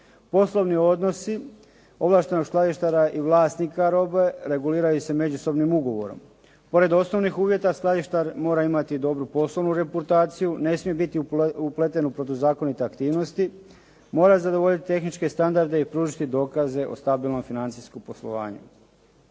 Poslovni odnosi, ovlaštenost skladištara i vlasnika robe reguliraju se međusobnim ugovorima. Pored osnovnih uvjeta skladištar mora imati dobru poslovnu reputaciju, ne smije biti upleten u protuzakonite aktivnosti, mora zadovoljiti tehničke standarde i pružiti dokaze o stabilnom financijskom poslovanju.